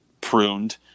pruned